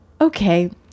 okay